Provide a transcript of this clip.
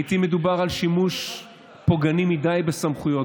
לעיתים מדובר על שימוש פוגעני מדי בסמכויות,